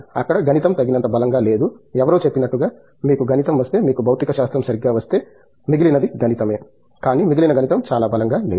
అక్కడ గణితం తగినంత బలంగా లేదు ఎవరో చేపినట్టుగా మీకు గణితం వస్తే మీకు భౌతికశాస్త్రం సరిగ్గా వస్తే మిగిలినది గణితమే కానీ మిగిలిన గణితం చాలా బలంగా లేదు